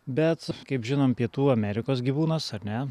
bet kaip žinom pietų amerikos gyvūnas ar ne